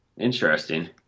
Interesting